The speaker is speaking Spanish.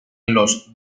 los